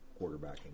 quarterbacking